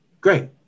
great